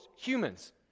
humans